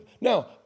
now